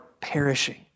perishing